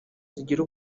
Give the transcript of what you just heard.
zigira